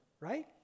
Right